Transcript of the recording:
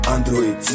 Android